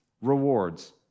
Rewards